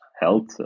health